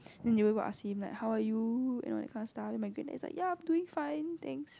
then they always go ask him like how are you and all that kind of stuff and my granddad is like ya I'm doing fine thanks